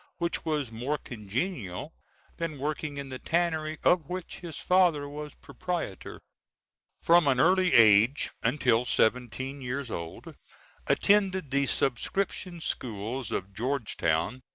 which was more congenial than working in the tannery of which his father was proprietor from an early age until seventeen years old attended the subscription schools of georgetown,